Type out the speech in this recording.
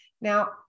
Now